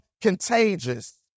contagious